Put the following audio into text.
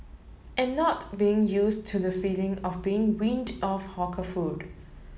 and not being use to the feeling of being weaned off hawker food